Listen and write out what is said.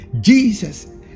Jesus